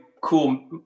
cool